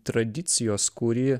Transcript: tradicijos kuri